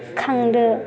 खांदो